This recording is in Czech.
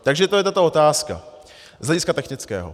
Takže to je tato otázka z hlediska technického.